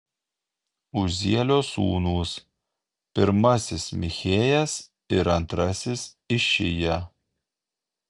uzielio sūnūs pirmasis michėjas ir antrasis išija